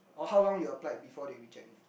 or how long you applied before they reject you